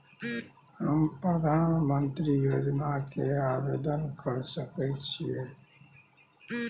हम प्रधानमंत्री योजना के आवेदन कर सके छीये?